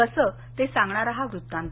कसं ते सांगणारा हा वृत्तांत